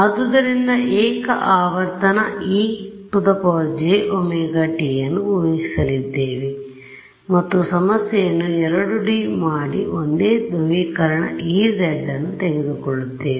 ಆದ್ದರಿಂದ ಏಕ ಆವರ್ತನ ejωt ಅನ್ನು ಊಹಿಸಲಿದ್ದೇವೆ ಮತ್ತು ಸಮಸ್ಯೆಯನ್ನು 2D ಮಾಡಿ ಒಂದೇ ಧ್ರುವೀಕರಣ Ez ಅನ್ನು ತೆಗೆದುಕೊಳ್ಳುತ್ತೇವೆ